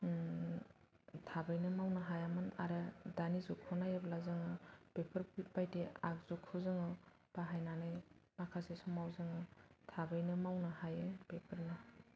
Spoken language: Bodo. थाबैनो मावनो हायामोन आरो दानि जुगखौ नायोब्ला जोङो बेफोर बायदि आगजुखौ जोङो बाहायनानै माखासे समाव जोङो थाबैनो मावनो हायो बेफोरनो